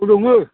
दङो